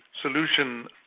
solution